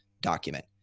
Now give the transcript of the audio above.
document